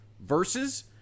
versus